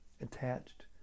attached